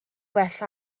well